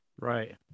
Right